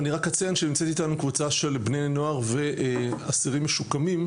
אני רק אציין שנמצאת אתנו קבוצה של בני נוער ואסירים משוקמים,